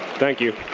thank you.